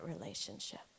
relationship